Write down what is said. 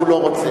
הוא לא רוצה.